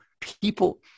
people